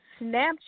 Snapchat